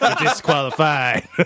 Disqualified